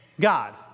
God